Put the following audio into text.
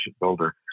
builder